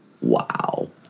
Wow